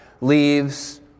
leaves